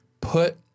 put